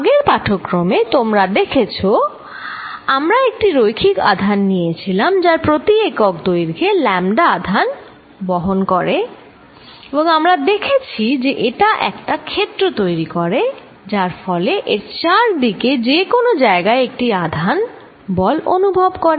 আগের পাঠক্রমে তোমরা দেখেছ আমরা একটি রৈখিক আধান নিয়েছিলাম যা প্রতি একক দৈর্ঘ্যে ল্যমডা আধান বহন করে এবং আমরা দেখেছি যে এটা একটা ক্ষেত্র তৈরি করে যার ফলে এর চারিদিকে যে কোন জায়গায় একটি আধান বল অনুভব করে